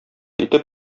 итеп